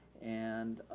and